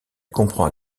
comprend